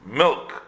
milk